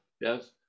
Yes